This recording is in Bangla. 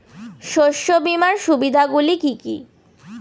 শস্য বীমার সুবিধা গুলি কি কি?